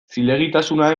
zilegitasuna